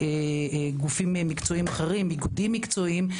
של גופים מקצועיים אחרים ואיגודים מקצועיים.